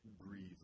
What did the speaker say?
breathe